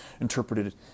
interpreted